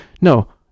No